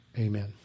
amen